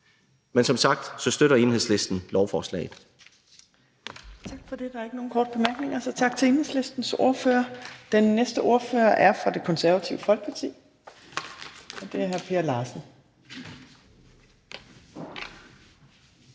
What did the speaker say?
Men som sagt støtter Enhedslisten lovforslaget.